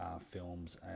films